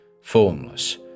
formless